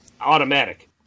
Automatic